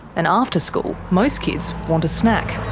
and after school, most kids want a snack.